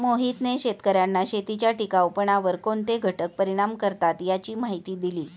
मोहितने शेतकर्यांना शेतीच्या टिकाऊपणावर कोणते घटक परिणाम करतात याची माहिती दिली